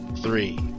Three